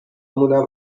مونم